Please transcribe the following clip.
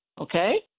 okay